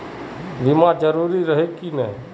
बीमा जरूरी रहे है की?